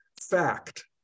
fact